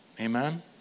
Amen